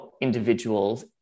individuals